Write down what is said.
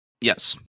Yes